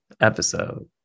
episode